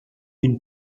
une